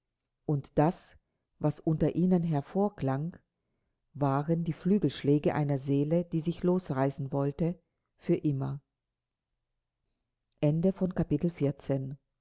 und das was unter ihnen hervorklang waren die flügelschläge einer seele die sich losreißen wollte für immer